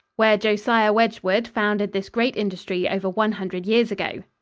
where josiah wedgewood founded this great industry over one hundred years ago.